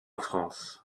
france